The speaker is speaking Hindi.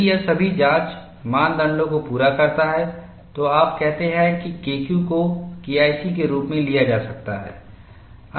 यदि यह सभी जाँच मानदंडों को पूरा करता है तो आप कहते हैं कि KQ को KIC के रूप में लिया जा सकता है